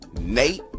Nate